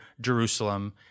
Jerusalem